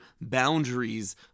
boundaries